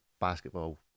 basketball